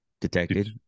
Detected